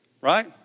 right